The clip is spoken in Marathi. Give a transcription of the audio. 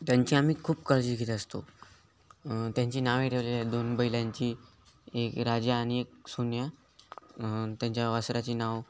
त्यांची आम्ही खूप कळजी घेत असतो त्यांची नावे ठेवली आहेत दोन बैलांची एक राजा आणि एक सोन्या त्यांच्या वासराची नाव